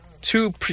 two